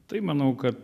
tai manau kad